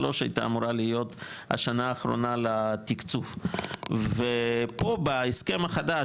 כן 2023 אמורה הייתה להיות השנה האחרונה לתקצוב ופה בהסכם החדש